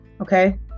Okay